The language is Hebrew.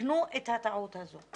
ותיקנו את הטעות הזאת.